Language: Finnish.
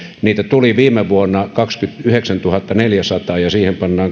niitä tuli viime vuonna kaksikymmentäyhdeksäntuhattaneljäsataa ja kun siihen pannaan